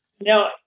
Now